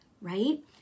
right